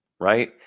right